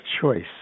choice